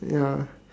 ya